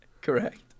Correct